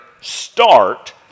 start